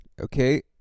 okay